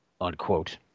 Unquote